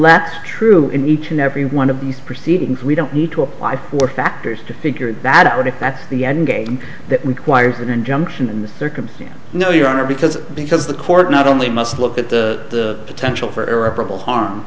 that's true in each and every one of these proceedings we don't need to apply for factors to figure it bad at the end game that requires an injunction in this circumstance no your honor because because the court not only must look at the potential for irreparable harm